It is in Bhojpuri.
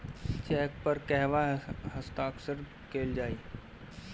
चेक पर कहवा हस्ताक्षर कैल जाइ?